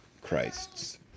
Christs